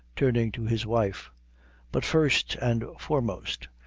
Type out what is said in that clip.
turning to his wife but, first and foremost,